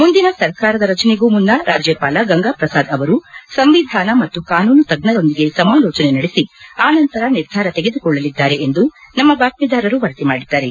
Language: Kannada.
ಮುಂದಿನ ಸರ್ಕಾರದ ರಚನೆಗೂ ಮುನ್ನ ರಾಜ್ಯಪಾಲ ಗಂಗಾ ಪ್ರಸಾದ್ ಅವರು ಸಂವಿಧಾನ ಮತ್ತು ಕಾನೂನು ತಜ್ಞರೊಂದಿಗೆ ಸಮಾಲೋಚನೆ ನಡೆಸಿ ಆನಂತರ ನಿರ್ಧಾರ ತೆಗೆದುಕೊಳ್ಳಲಿದ್ದಾರೆ ಎಂದು ನಮ್ನ ಬಾತ್ತೀದಾರರು ವರದಿ ಮಾಡಿದ್ದಾರೆ